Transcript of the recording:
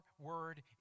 word